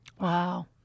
wow